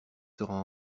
sera